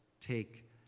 take